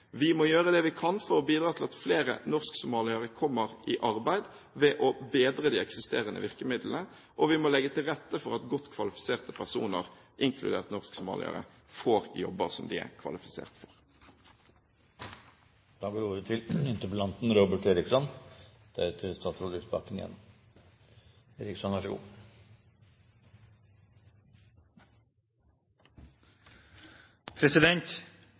vi kan for å bidra til at flere norsk-somaliere kommer i arbeid, ved å bedre de eksisterende virkemidlene, og vi må legge til rette for at godt kvalifiserte personer, inkludert norsk-somaliere, får jobber som de er kvalifisert